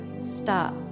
stop